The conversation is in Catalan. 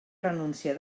renúncia